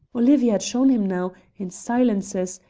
olivia had shown him now, in silences,